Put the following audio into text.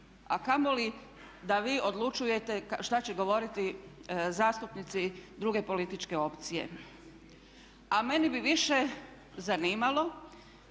a kamoli da vi odlučujete šta će govoriti zastupnici druge političke opcije. A mene bi više zanimalo